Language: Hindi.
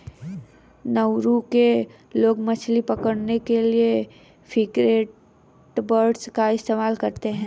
नाउरू के लोग मछली पकड़ने के लिए फ्रिगेटबर्ड का इस्तेमाल भी करते हैं